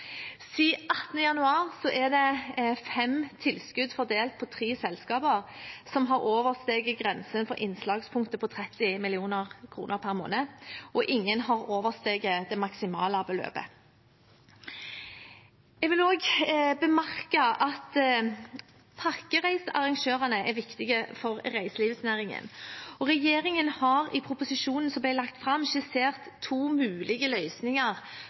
er det fem tilskudd fordelt på tre selskaper som har oversteget grensen for innslagspunktet på 30 mill. kr per måned, og ingen har oversteget det maksimale beløpet. Jeg vil også bemerke at pakkereisearrangørene er viktige for reiselivsnæringen, og regjeringen har i proposisjonen som ble lagt fram, skissert to mulige løsninger